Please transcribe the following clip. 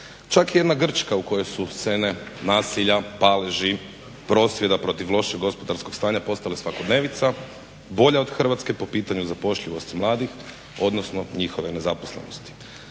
Čak i jedna Grčka u kojoj su scene nasilja, paleži, prosvjeda protiv lošeg gospodarskog stanja postale svakodnevica bolja od Hrvatske po pitanju zapošljivosti mladih, odnosno njihove nezaposlenosti.